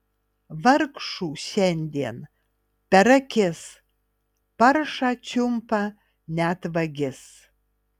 vargšų šiandien per akis paršą čiumpa net vagis